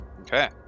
Okay